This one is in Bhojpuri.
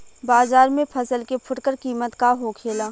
बाजार में फसल के फुटकर कीमत का होखेला?